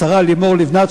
השרה לימור לבנת,